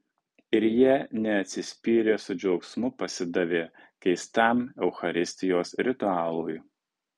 ir jie neatsispyrė su džiaugsmu pasidavė keistam eucharistijos ritualui